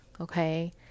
okay